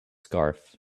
scarf